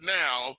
now